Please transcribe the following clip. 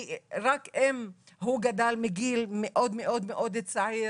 כי רק אם הוא גדל מגיל מאוד צעיר,